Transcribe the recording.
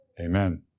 amen